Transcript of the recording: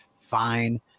Fine